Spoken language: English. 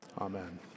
amen